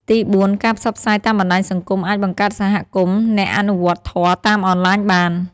ទីបួន ការផ្សព្វផ្សាយតាមបណ្ដាញសង្គមអាចបង្កើតសហគមន៍អ្នកអនុវត្តធម៌តាមអនឡាញបាន។